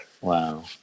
Wow